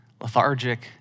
lethargic